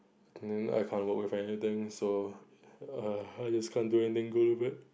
then I can't work with anything so err I just can't do anything good with it